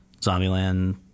Zombieland